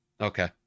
Okay